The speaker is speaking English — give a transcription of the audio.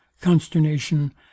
consternation